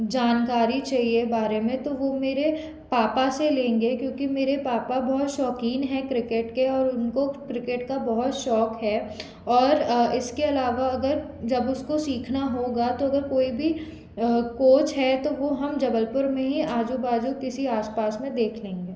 जानकारी चाहिए बारे में तो वो मेरे पापा से लेंगे क्योंकि मेरे पापा बहुत शौकीन हैं क्रिकेट के और उनको क्रिकेट का बहुत शौक है और इसके अलावा अगर जब उसको सीखना होगा तो अगर कोई भी कोच है तो वो हम जबलपुर में ही आज़ू बाज़ू किसी आस पास में देखे लेंगे